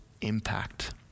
impact